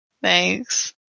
Thanks